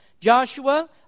Joshua